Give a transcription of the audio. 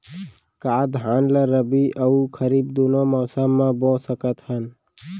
का धान ला रबि अऊ खरीफ दूनो मौसम मा बो सकत हन?